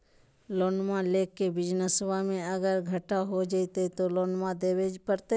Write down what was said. लोनमा लेके बिजनसबा मे अगर घाटा हो जयते तो लोनमा देवे परते?